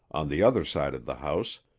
on the other side of the house,